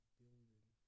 building